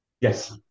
yes